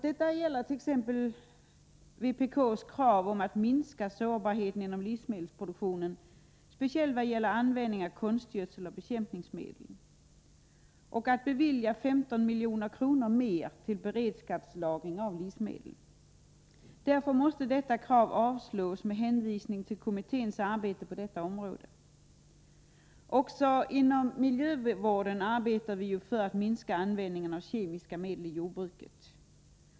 Detta gäller t.ex. vpk:s krav om att minska sårbarheten inom livsmedelsproduktionen, speciellt vad gäller användning av konstgödsel och bekämpningsmedel och att bevilja 15 milj.kr. mer till beredskapslagring av livsmedel. Därför måste detta krav avslås med hänvisning till kommitténs arbete på detta område. Även inom miljövården arbetar vi för att minska användningen av kemiska medel i jordbruket.